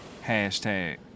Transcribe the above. Hashtag